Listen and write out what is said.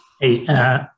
Hey